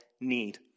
need